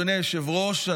אדוני היושב-ראש,